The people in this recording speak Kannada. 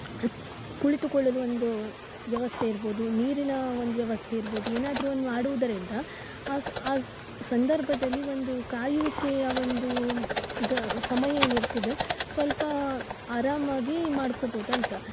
ಸ್ ಕುಳಿತುಕೊಳ್ಳಲು ಒಂದು ವ್ಯವಸ್ಥೆ ಇರ್ಬೋದು ನೀರಿನ ಒಂದು ವ್ಯವಸ್ಥೆ ಇರ್ಬೋದು ಏನಾದರು ಒಂದು ಮಾಡುದರಿಂದ ಆ ಸ್ ಆ ಸಂದರ್ಭದಲ್ಲಿ ಒಂದು ಕಾಯುವಿಕೆಯ ಒಂದು ಗ ಸಮಯ ಏನು ಇರ್ತದೆ ಸ್ವಲ್ಪ ಅರಾಮಾಗಿ ಮಾಡ್ಕೊಬೋದು ಅಂತ